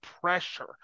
pressure